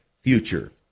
future